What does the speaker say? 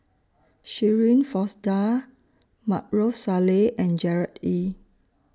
Shirin Fozdar Maarof Salleh and Gerard Ee